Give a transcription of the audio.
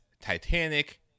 Titanic